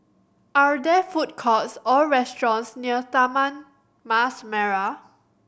are there food courts or restaurants near Taman Mas Merah